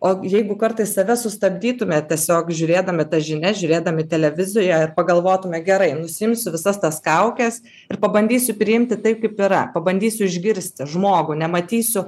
o jeigu kartais save sustabdytume tiesiog žiūrėdami tas žinias žiūrėdami televizują pagalvotume gerai nusiimsiu visas tas kaukes ir pabandysiu priimti taip kaip yra pabandysiu išgirsti žmogų nematysiu